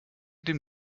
dem